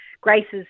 Grace's